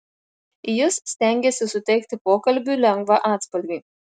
jis stengėsi suteikti pokalbiui lengvą atspalvį